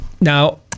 now